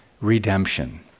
redemption